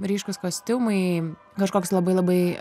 ryškūs kostiumai kažkoks labai labai